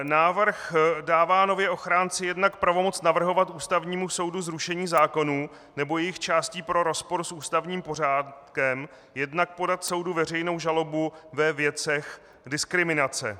Návrh dává nově ochránci jednak pravomoc navrhovat Ústavnímu soudu zrušení zákonů nebo jejich částí pro rozpor s ústavním pořádkem, jednak podat soudu veřejnou žalobu ve věcech diskriminace.